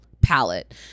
palette